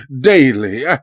daily